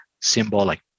symbolic